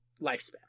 lifespan